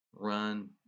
run